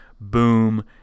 boom